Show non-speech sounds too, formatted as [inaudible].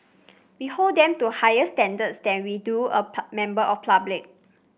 we hold them to higher standards than we do a [unintelligible] member of public